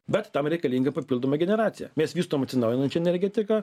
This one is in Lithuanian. bet tam reikalinga papildoma generacija mes vystom atsinaujinančią energetiką